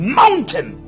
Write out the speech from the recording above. mountain